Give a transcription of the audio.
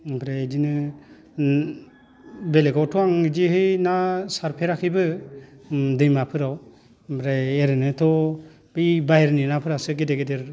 ओमफ्राय बिदिनो बेलेगावथ' आङो बिदिहै ना सारफेराखैबो दैमाफोराव ओमफ्राय ओरैनोथ' बै बाहेरनि नाफोरासो गेदेर गेदेर